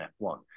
F1